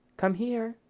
come here,